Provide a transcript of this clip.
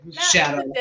shadow